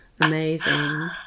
amazing